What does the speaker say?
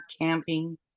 camping